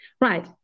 right